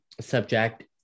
subject